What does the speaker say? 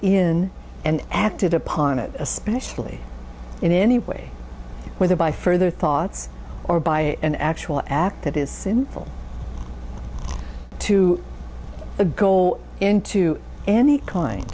in and acted upon it especially in any way whether by further thoughts or by an actual act it is sinful to go into any kind